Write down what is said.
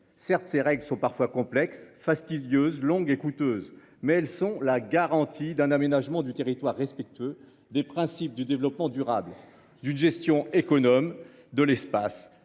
certes, ces règles sont parfois complexes fastidieuse longue et coûteuse mais elles sont la garantie d'un aménagement du territoire, respectueux des principes du développement durable d'une gestion économe de l'espace,